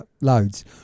loads